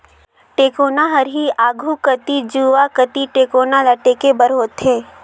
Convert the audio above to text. टेकोना हर ही आघु कती जुवा कती टेकोना ल टेके बर होथे